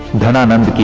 dhananand.